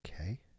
Okay